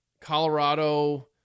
Colorado